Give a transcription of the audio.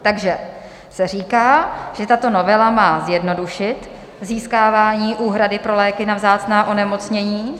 Takže se říká, že tato novela má zjednodušit získávání úhrady pro léky na vzácná onemocnění.